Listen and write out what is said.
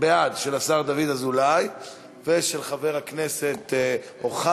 בעד של השר דוד אזולאי ושל חבר הכנסת אוחנה,